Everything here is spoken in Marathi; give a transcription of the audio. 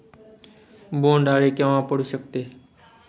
बोंड अळी केव्हा पडू शकते?